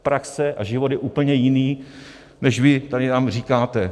Praxe a život je úplně jiný, než vy tady nám říkáte.